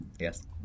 Yes